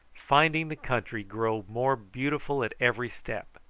finding the country grow more beautiful at every step.